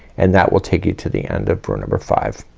and that will take you to the end of row number five.